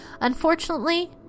Unfortunately